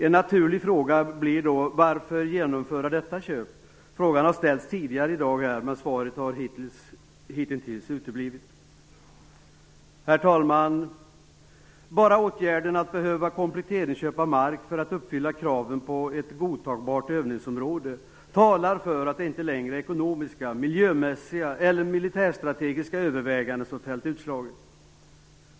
En naturlig fråga blir då: Varför genomföra detta köp? Frågan har ställts tidigare här i dag, men svaret har hitintills uteblivit. Herr talman! Bara åtgärden att kompletteringsköpa mark för att uppfylla kraven på ett godtagbart övningsområde talar för att det inte längre är ekonomiska, miljömässiga eller militärstrategiska överväganden som har fällt utslaget.